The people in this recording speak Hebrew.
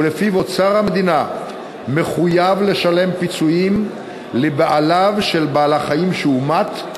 ולפיו אוצר המדינה מחויב לשלם פיצויים לבעליו של בעל-החיים שהומת,